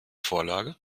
vorlage